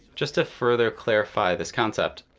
just to further clarify this concept,